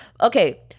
Okay